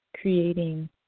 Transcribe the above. creating